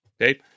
Okay